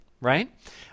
right